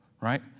right